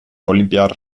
olinpiar